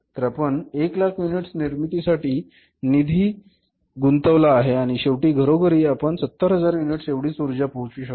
तर आपण 100000 युनिट्स निर्मिती साठी निधी गुंतवला आहे आणि शेवटी घरोघरी आपण 70000 युनिट्स एवढीच ऊर्जा पोहचवू शकलो